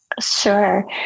Sure